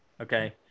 okay